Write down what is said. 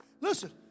Listen